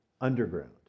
underground